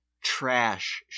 trash